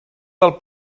del